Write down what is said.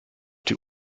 die